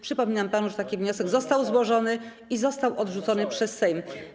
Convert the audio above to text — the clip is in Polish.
Przypominam panu, że taki wniosek został złożony i został odrzucony przez Sejm.